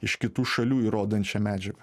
iš kitų šalių įrodančią medžiagą